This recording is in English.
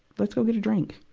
let's go get a drink.